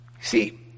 See